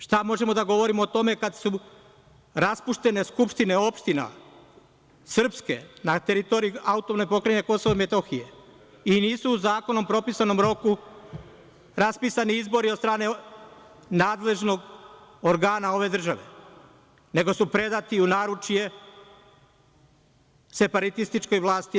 Šta možemo da govorimo o tome kad su raspuštene skupštine opština, srpske, na teritoriji AP Kosova i Metohije i nisu u zakonom propisanom roku raspisani izbori od strane nadležnog organa ove države, nego su predati u naručje separatističkoj vlasti na